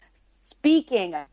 speaking